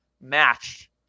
match